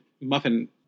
muffin